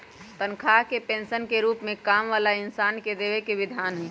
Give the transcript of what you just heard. तन्ख्वाह के पैसवन के रूप में काम वाला इन्सान के देवे के विधान हई